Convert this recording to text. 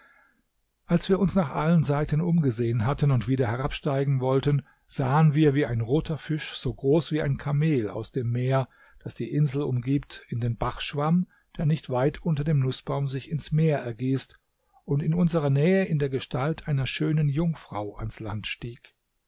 als wir uns nach allen seiten umgesehen hatten und wieder herabsteigen wollten sahen wir wie ein roter fisch so groß wie ein kamel aus dem meer das die insel umgibt in den bach schwamm der nicht weit unter dem nußbaum sich ins meer ergießt und in unserer nähe in der gestalt einer schönen jungfrau ans land stieg